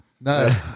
No